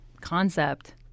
concept